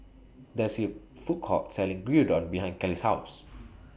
There IS A Food Court Selling Gyudon behind Kelly's House